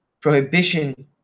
prohibition